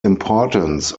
importance